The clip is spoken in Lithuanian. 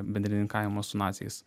bendrininkavimo su naciais